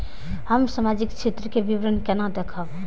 हम सामाजिक क्षेत्र के विवरण केना देखब?